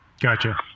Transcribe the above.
Gotcha